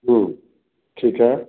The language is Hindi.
ठीक है